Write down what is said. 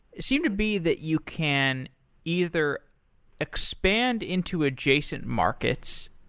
seem to be that you can either expand into adjacent markets,